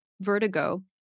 Vertigo